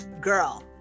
girl